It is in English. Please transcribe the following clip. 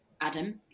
Adam